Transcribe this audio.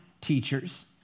teachers